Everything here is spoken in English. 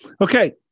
Okay